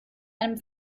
einem